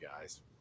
guys